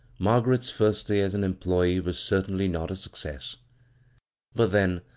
margaret's first day as an employee was certainly not a success but then,